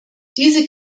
diese